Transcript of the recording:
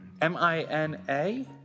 M-I-N-A